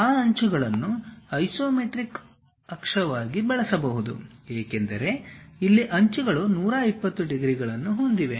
ಆ ಅಂಚುಗಳನ್ನು ಐಸೊಮೆಟ್ರಿಕ್ ಅಕ್ಷವಾಗಿ ಬಳಸಬಹುದು ಏಕೆಂದರೆ ಇಲ್ಲಿ ಅಂಚುಗಳು 120 ಡಿಗ್ರಿಗಳನ್ನು ಹೊಂದಿವೆ